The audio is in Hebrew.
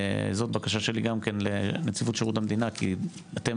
זאת בקשה שלי גם כן לנציבות שירות המדינה כי אתם